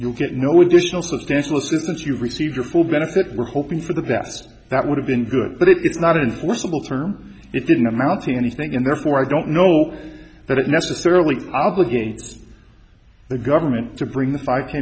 you'll get no additional substantial assistance you receive your full benefit we're hoping for the best that would have been good but it's not enforceable term it didn't amount to anything and therefore i don't know that it necessarily obligates the government to bring the fi